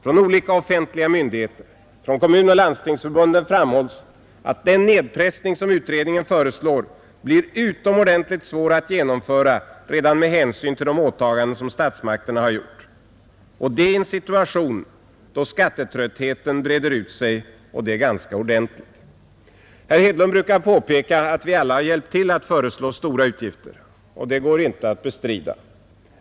Från olika offentliga myndigheter, från kommunoch landstingsförbunden framhålls att den nedpressning som utredningen föreslår blir utomordentligt svår att genomföra redan med hänsyn till de åtaganden statsmakterna har gjort — och det i en situation då skattetröttheten breder ut sig ganska ordentligt. Herr Hedlund brukar påpeka att vi alla har hjälpt till att föreslå stora utgifter, och det går inte att bestrida.